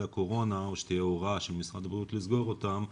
הקורונה או שתהיה הוראה של משרד הבריאות לסגו אותם,